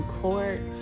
court